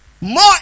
more